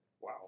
Wow